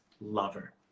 lover